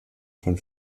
von